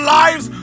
lives